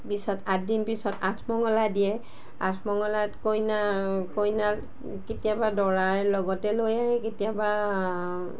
পিছত আঠদিন পিছত আঠমঙলা দিয়ে আঠমঙলাত কইনা কইনা কেতিয়াবা দৰাৰ লগতে লৈ আহে কেতিয়াবা